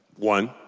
One